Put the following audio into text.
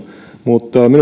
mutta minusta